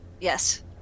yes